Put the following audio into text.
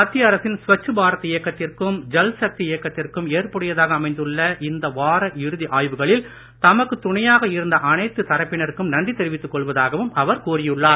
மத்திய அரசின் ஸ்வச் பாரத் இயக்கத்திற்கும் ஜல் சக்தி இயக்கத்திற்கும் ஏற்புடையதாக அமைந்துள்ள இந்த வார இறுதி ஆய்வுகளில் தமக்குத் துணையாக இருந்த அனைத்து தரப்பினருக்கும் நன்றி தெரிவித்துக் கொள்வதாகவும் அவர் கூறியுள்ளார்